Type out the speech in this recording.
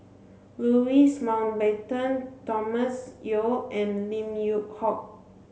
Louis Mountbatten Thomas Yeo and Lim Yew Hock